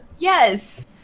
Yes